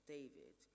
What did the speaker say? David